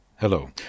Hello